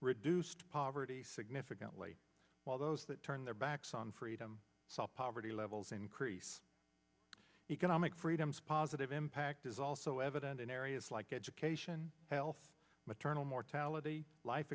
reduced poverty significantly while those that turned their backs on freedom saw poverty levels increase economic freedoms positive impact is also evident in areas like education health maternal mortality life